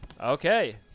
Okay